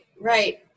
right